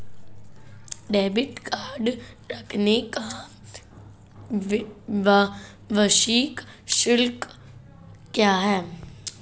Debit card रखने का वार्षिक शुल्क क्या है?